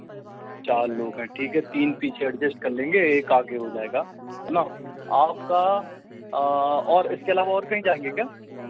चार लोग हैं ठीक है तीन पीछे एडजस्ट कर लेंगे एक आगे हो जाएगा है ना आपका और इसके अलावा और कहीं जाएँगे क्या